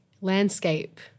landscape